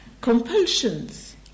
Compulsions